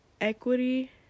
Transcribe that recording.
equity